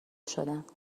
شدند